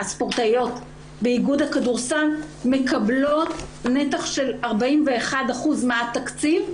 מהספורטאיות באיגוד הכדורסל מקבלות נתח של 41% מהתקציב,